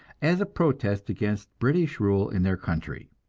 as a protest against british rule in their country.